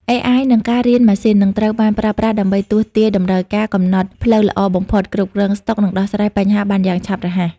AI និងការរៀនម៉ាស៊ីន នឹងត្រូវបានប្រើប្រាស់ដើម្បីទស្សន៍ទាយតម្រូវការ កំណត់ផ្លូវល្អបំផុត គ្រប់គ្រងស្តុក និងដោះស្រាយបញ្ហាបានយ៉ាងឆាប់រហ័ស។